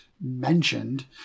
mentioned